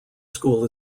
school